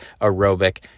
aerobic